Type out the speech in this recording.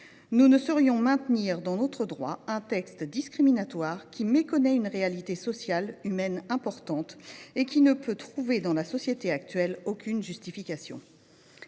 Nous ne saurions maintenir dans notre droit un texte discriminatoire qui méconnaît une réalité sociale et humaine importante et qui […] ne peut trouver dans la société d’aujourd’hui aucune justification. »